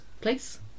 place